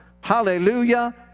Hallelujah